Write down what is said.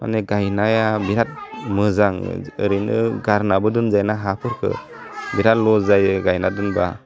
माने गायनाया बिराद मोजां ओरैनो गारनाबो दोनजायाना हाफोरखौ बिराद लस जायो गायना दोनबा